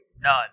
None